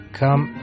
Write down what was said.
come